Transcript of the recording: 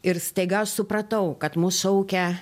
ir staiga aš supratau kad mus šaukia